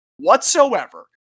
whatsoever